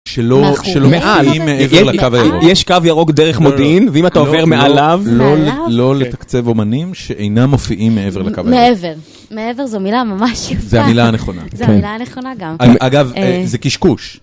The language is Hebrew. שלא מופיעים מעבר לקו הירוק. יש קו ירוק דרך מודיעין, ואם אתה עובר מעליו...לא ל... לא לתקצב אומנים שאינם מופיעים מעבר לקו הירוק. מעבר. מעבר זו מילה ממש יפה. זו המילה הנכונה. זו המילה הנכונה גם. אגב, זה קשקוש.